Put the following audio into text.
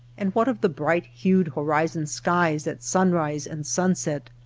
and what of the bright-hued horizon skies at sunrise and sunset,